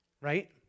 Right